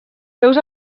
seus